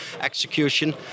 execution